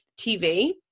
TV